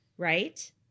Right